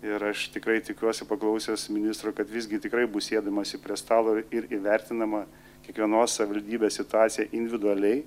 ir aš tikrai tikiuosi paklausęs ministro kad visgi tikrai bus sėdamasi prie stalo ir įvertinama kiekvienos savivaldybės situacija individualiai